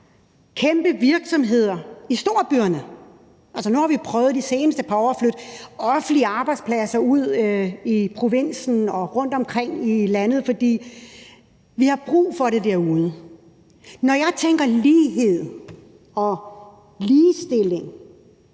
kæmpe virksomheder i storbyerne. Nu har vi i de seneste par år prøvet at flytte offentlige arbejdspladser ud i provinsen og rundtomkring i landet, fordi vi har brug for det derude. Når jeg tænker lighed og ligestilling,